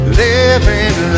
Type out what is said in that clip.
living